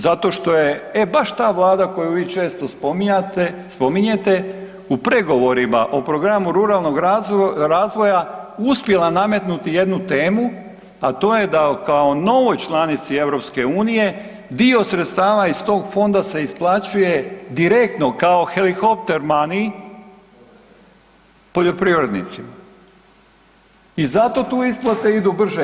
Zato što je e baš ta vlada koju vi često spominjete u pregovorima o programu ruralnog razvoja uspjela nametnuti jednu temu, a to je da kao novoj članici EU dio sredstava iz tog fonda se isplaćuje direktno kao helikopter mani poljoprivrednicima i zato tu isplate idu brže.